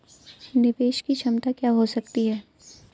निवेश की क्षमता क्या हो सकती है?